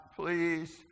please